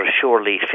surely